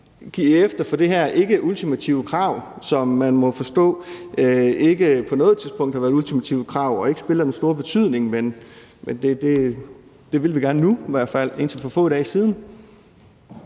opgive det her ikkeultimative krav, som man må forstå ikke på noget tidspunkt kan være et ultimativt krav og ikke har den store betydning. Men det vil man gerne nu – i hvert fald indtil for få dage siden.